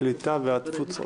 הקליטה והתפוצות.